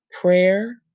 Prayer